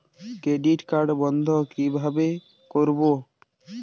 Credit card বন্ধ কিভাবে করবো?